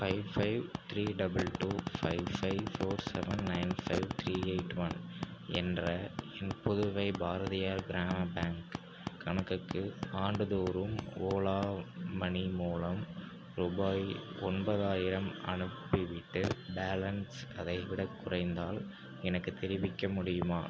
five five three double two five five four seven nine five three eight one என்ற என் Puduvai Bharathiyar Grama bank கணக்குக்கு ஆண்டுதோறும் Ola money மூலம் ரூபாய் ஒன்பதாயிரம் அனுப்பிவிட்டு பேலன்ஸ் அதைவிடக் குறைந்தால் எனக்குத் தெரிவிக்க முடியுமா